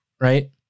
right